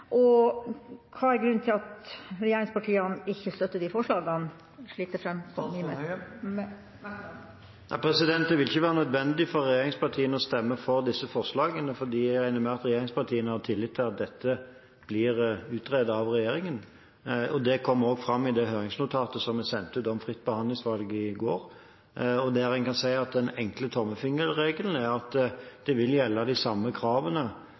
pasientjournalopplysninger? Hva er grunnen til at regjeringspartiene ikke støtter dette forslaget, slik det framkommer i merknaden? Det vil ikke være nødvendig for regjeringspartiene å stemme for dette forslaget. Jeg regner med at regjeringspartiene har tillit til at dette blir utredet av regjeringen. Det kom også fram i det høringsnotatet om fritt behandlingsvalg som vi sendte ut i går. Den enkle tommelfingerregelen er at de samme kravene